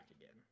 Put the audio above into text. again